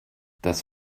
das